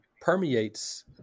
permeates